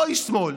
אותו איש שמאל,